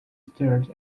stared